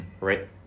right